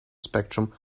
spectrum